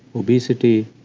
obesity,